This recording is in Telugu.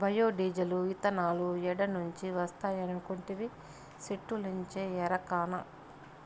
బయో డీజిలు, ఇతనాలు ఏడ నుంచి వస్తాయనుకొంటివి, సెట్టుల్నుంచే ఎరకనా